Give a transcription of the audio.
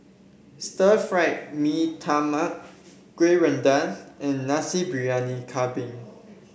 Stir Fried Mee Tai Mak kueh and Nasi Briyani Kambing